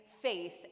faith